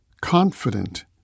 confident